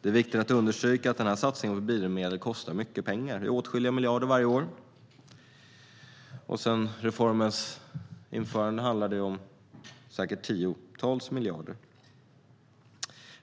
Det är viktigt att understryka att satsningen på biodrivmedel kostar mycket pengar - åtskilliga miljarder varje år. Sedan reformens införande handlar det om säkert tiotals miljarder.